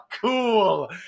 cool